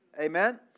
Amen